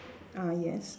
ah yes